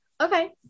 Okay